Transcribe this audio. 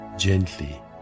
gently